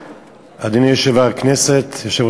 אדוני ראש הממשלה, אדוני יושב-ראש הכנסת,